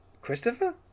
Christopher